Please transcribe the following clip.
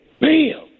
Bam